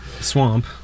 swamp